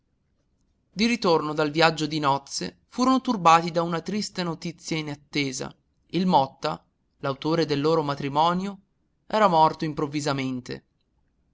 di ritorno dal viaggio di nozze furono turbati da una triste notizia inattesa il motta l'autore del loro matrimonio era morto improvvisamente